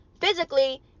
physically